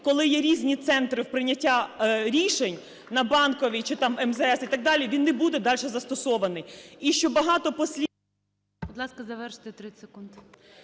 коли є різні центри прийняття рішень – на Банковій чи там МЗС і так далі – він не буде дальше застосований.